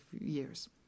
years